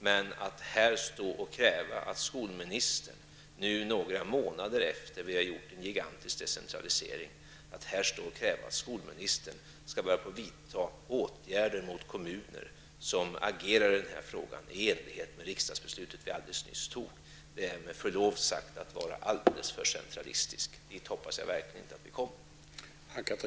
Men att några månader efter det att vi har genomfört en gigantisk decentralisering kräva att skolministern skall börja vidta åtgärder mot kommuner som i denna fråga agerar i enlighet med det riksdagsbeslut vi alldeles nyss fattade, det är med förlov sagt att vara alldeles för centralistisk. Dit hoppas jag verkligen inte att vi kommer.